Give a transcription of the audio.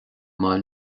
maith